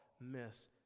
miss